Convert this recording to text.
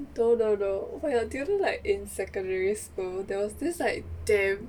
no no no oh do you know like in secondary school there was this like damn